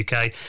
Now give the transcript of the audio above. UK